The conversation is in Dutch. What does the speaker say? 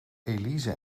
elise